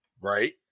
right